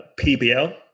pbl